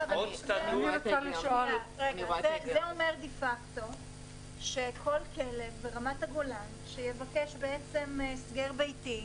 --- זה אומר שדה-פאקטו כל כלב ברמת הגולן שיבקש הסגר ביתי,